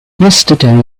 yesterday